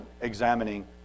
examining